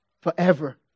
forever